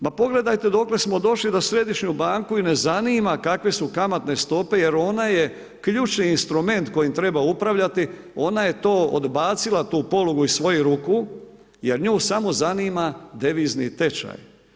Ma pogledajte dokle smo došli da središnju banku i ne zanima kakve su kamatne stope jer ona je ključni instrument kojim treba upravljati, ona je to odbacila tu polugu iz svojih ruku jer nju samo zanima devizni tečaj.